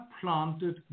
planted